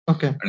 Okay